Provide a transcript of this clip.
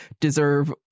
deserve